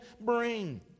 bring